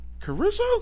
Caruso